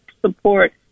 support